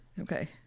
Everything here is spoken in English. Okay